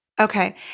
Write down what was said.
Okay